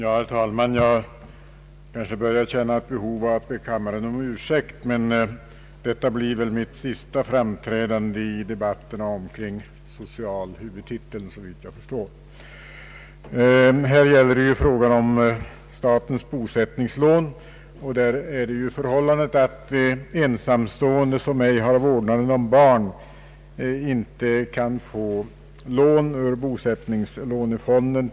Herr talman! Jag börjar känna ett behov av att be kammaren om ursäkt för att jag så ofta tar till orda, men detta blir väl mitt sista framträdande i Sveriges riksdag i debatten om socialhuvudtiteln. Här gäller det statens bosättningslån. Förhållandet är det att ensamstående som ej har vårdnaden om barn inte kan få lån ur bostadslånefonden.